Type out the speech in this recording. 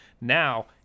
Now